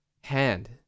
hand